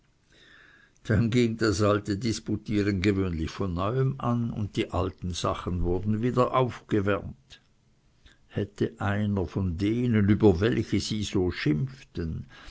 dann ging das alte disputieren gewöhnlich von neuem an und die alten sachen wurden wieder aufgewärmt hätte einer von denen über welche sie so schimpften